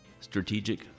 strategic